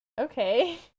Okay